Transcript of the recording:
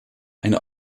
eine